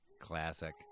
classic